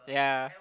yeah